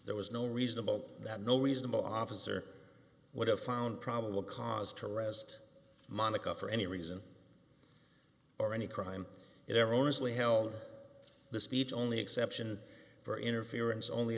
there was no reasonable that no reasonable officer would have found probable cause to arrest monica for any reason or any crime it ever only held the speech only exception for interference only